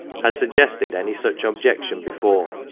had suggested any such objection before,